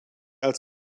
als